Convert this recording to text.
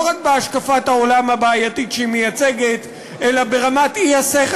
לא רק בהשקפת העולם הבעייתית שהיא מייצגת אלא ברמת האי-שכל